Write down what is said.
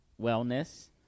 wellness